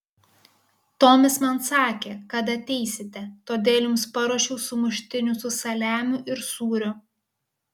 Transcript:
tomis man sakė kad ateisite todėl jums paruošiau sumuštinių su saliamiu ir sūriu